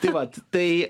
tai vat tai